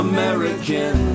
American